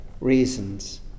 reasons